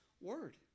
word